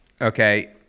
Okay